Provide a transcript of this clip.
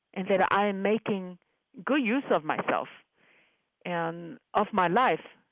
and that i am making good use of myself and of my life.